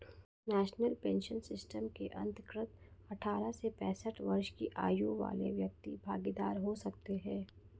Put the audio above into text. national pension system के अंतर्गत अठारह से पैंसठ वर्ष की आयु वाले व्यक्ति भागीदार हो सकते हैं